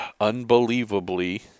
Unbelievably